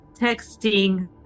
texting